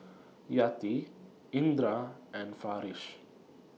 Yati Indra and Farish